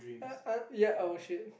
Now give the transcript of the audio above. uh uh ya oh shit